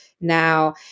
now